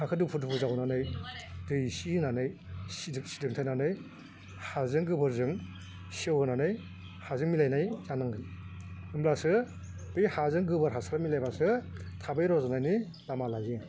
हाखौ दुफु दुफु जावनानै दै एसे होनानै सिदोब सिदोब होनानै हाजों गोबोरजों सेवहोनानै हाजों मिलायनाय जानांगोन होमब्लासो बे हाजों गोबोर हासार मिलायबासो थाबै रज'नायनि लामा लायो